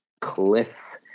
cliff